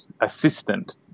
assistant